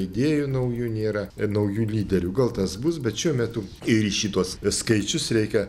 idėjų naujų nėra naujų lyderių gal tas bus bet šiuo metu ir į šituos skaičius reikia